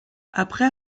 après